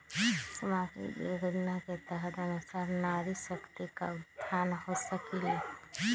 सामाजिक योजना के तहत के अनुशार नारी शकति का उत्थान हो सकील?